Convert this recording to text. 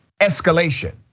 escalation